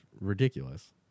ridiculous